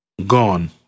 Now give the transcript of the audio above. gone